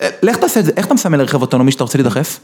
אה, איך אתה עושה את זה? איך אתה מסמן לרכב אוטונומי שאתה רוצה להידחף?